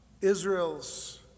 Israel's